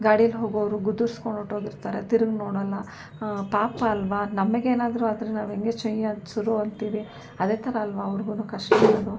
ಗಾಡೀಲಿ ಹೋಗೋರು ಗುದ್ದುಸ್ಕೊಂಡು ಹೊರ್ಟೊಗಿರ್ತಾರೆ ತಿರ್ಗಿ ನೋಡೋಲ್ಲ ಪಾಪ ಅಲ್ವಾ ನಮಗೇನಾದರೂ ಆದರೆ ನಾವು ಹೆಂಗೆ ಅಂತೀವಿ ಅದೇ ಥರ ಅಲ್ವಾ ಅವ್ರಿಗೂ ಕಷ್ಟ ಅದು